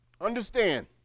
Understand